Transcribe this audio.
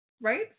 Right